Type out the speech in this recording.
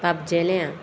पाबजेल्यां